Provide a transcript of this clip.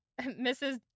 Mrs